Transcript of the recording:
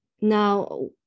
Now